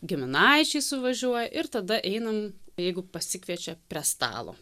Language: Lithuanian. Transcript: giminaičiai suvažiuoja ir tada einam jeigu pasikviečia prie stalo